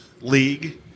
league